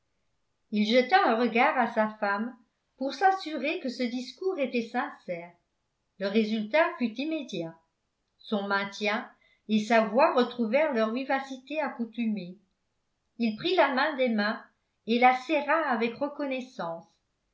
il jeta un regard à sa femme pour s'assurer que ce discours était sincère le résultat fut immédiat son maintien et sa voix retrouvèrent leur vivacité accoutumée il prit la main d'emma et la serra avec reconnaissance